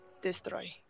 destroy